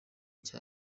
cya